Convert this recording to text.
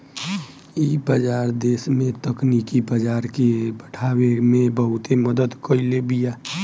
इ बाजार देस में तकनीकी बाजार के बढ़ावे में बहुते मदद कईले बिया